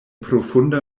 profunda